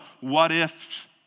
what-if